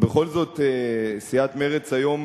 בכל זאת סיעת מרצ היום,